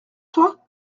toi